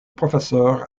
professeur